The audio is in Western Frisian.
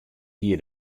gie